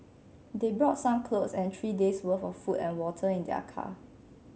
they brought some clothes and three days' worth of food and water in their car